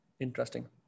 Interesting